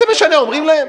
מה זה משנה, אומרים להם.